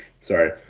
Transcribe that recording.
sorry